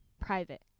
private